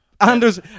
Anders